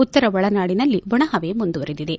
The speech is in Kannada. ಉತ್ತರ ಒಳನಾಡಿನಲ್ಲಿ ಒಣಹವೆ ಮುಂದುವರೆದಿದೆ